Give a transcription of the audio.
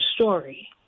story